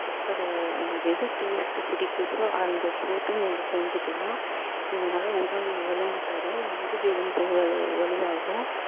சக்கரை உங்களுக்கு எது டேஸ்ட்டு பிடிக்கிதோ அத போட்டு நீங்கள் செஞ்சுக்கலாம் இதனால் உடல் வலுவைத் தரும் முதுகு எலும்புகள் வலு வலுவாகும்